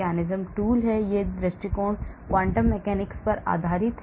अन्य दृष्टिकोण quantum mechanics पर आधारित है